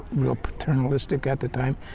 real paternalistic at the time.